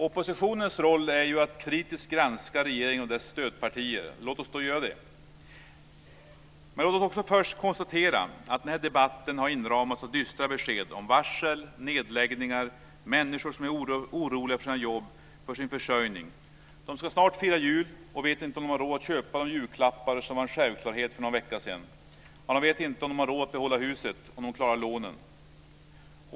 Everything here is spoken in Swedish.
Oppositionens roll är ju att kritiskt granska regeringen och dess stödpartier. Låt oss då göra det. Men låt mig först konstatera att denna debatt har inramats av dystra besked om varsel, nedläggningar, människor som är oroliga för sina jobb och för sin försörjning. De ska snart fira jul och vet inte om de har råd att köpa de julklappar som var en självklarhet för någon vecka sedan. Ja, de vet inte om de har råd att behålla huset, om de klarar lånen.